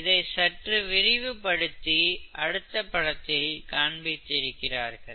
இதை சற்று விரிவுபடுத்தி அடுத்த படத்தில் காண்பித்திருக்கிறார்கள்